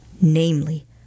namely